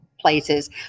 places